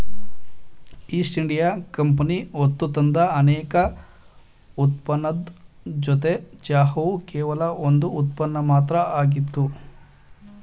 East India Company ಹೊತ್ತುತಂದ ಅನೇಕ ಉತ್ಪನ್ನದ್ ಜೊತೆ ಚಹಾವು ಕೇವಲ ಒಂದ್ ಉತ್ಪನ್ನ ಮಾತ್ರ ಆಗಿತ್ತು